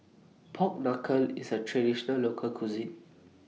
Pork Knuckle IS A Traditional Local Cuisine